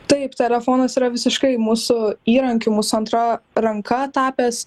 taip telefonas yra visiškai mūsų įrankiu mūsų antra ranka tapęs